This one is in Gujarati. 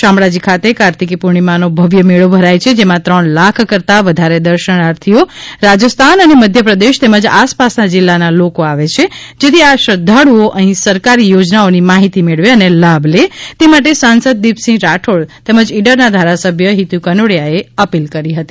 શામળાજી ખાતે કાર્તિકી પૂર્ણિમાનો ભવ્ય મેળો ભરાય છે જેમાં ત્રણ લાખ કરતા વધારે દર્શનાર્થીઓ રાજસ્થાન અને મધ્ય પ્રદેશ તેમજ આસપાસના જિલ્લાના લોકો આવે છે જેથી આ શ્રદ્ધાળુઓ અહીં સરકારી યોજનાઓની માહિતી મેળવે અને લાભ લે તે માટે સાંસદ દીપસિંહ રાઠોડ તેમજ ઇડરના ધારાસભ્ય હિતુ કનોડિયાએ અપીલ કરી હતી